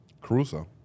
Caruso